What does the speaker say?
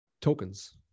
tokens